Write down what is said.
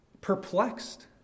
perplexed